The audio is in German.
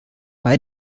bei